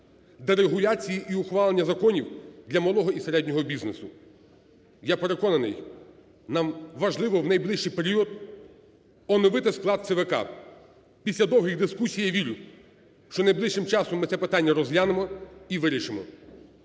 дерегуляції і ухвалення законів для малого і середнього бізнесу. Я переконаний, нам важливо в найближчий період оновити склад ЦВК. Після довгих дискусій я вірю, що найближчим часом ми це питання розглянемо і вирішимо.